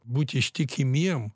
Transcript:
būti ištikimiem